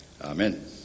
Amen